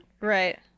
Right